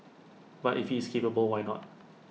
but if he is capable why not